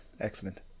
Excellent